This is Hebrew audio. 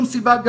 יותר.